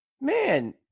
man